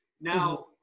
Now